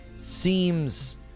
seems